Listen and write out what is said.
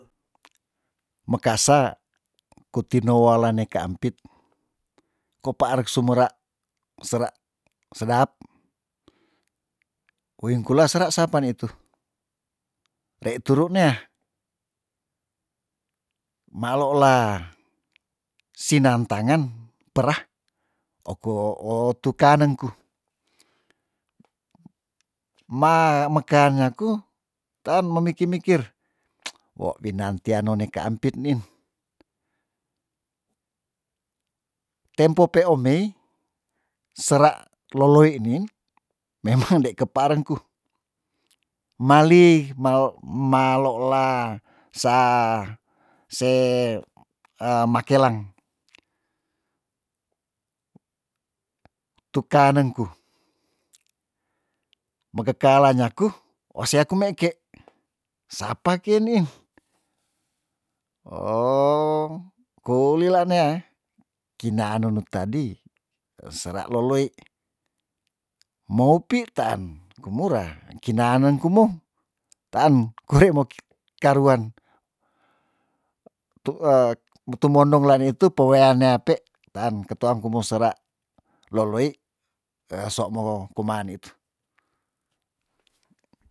Meka sa kitu no woalan ne kaampit kopaar sumera sera sedap woing kula sera sapan nitu rei turu nea maloola sinam tangen perah opo otukaneng ku ma mekaan nyaku taan memiki mikir wo binan tia no ne kaampit nin tempo pe omei sera loloi nin memang de kepaar engku mali mawo maloola sa s makelang tu kanengku mekekala nyaku o sea ku meike sapa ke niin oh kulila nea kinaa nunu tadi esera loloi moupi taan kumura kinaen nengkumo taan kore mo ki karuan tuek mutumonong la nitu pewean ne ape taan keteang komu sera loloi eso mo kuman nitu